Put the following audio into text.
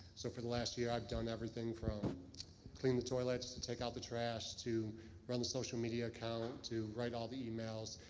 so for the last year, i've done everything from clean the toilets, to take out the trash, to run the social media account, to write all the emails,